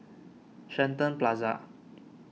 Shenton Plaza